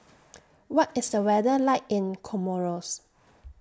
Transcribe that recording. What IS The weather like in Comoros